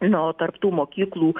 na o tarp tų mokyklų